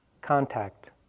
contact